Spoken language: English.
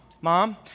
mom